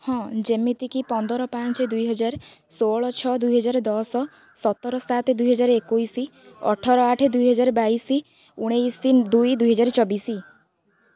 ହଁ ଯେମିତିକି ପନ୍ଦର ପାଞ୍ଚ ଦୁଇହଜାର ଷୋହଳ ଛଅ ଦୁଇହଜାର ଦଶ ସତର ସାତ ଦୁଇହଜାର ଏକୋଇଶ ଅଠର ଆଠ ଦୁଇହଜାର ବାଇଶ ଉଣେଇଶ ଦୁଇ ଦୁଇହଜାର ଚବିଶ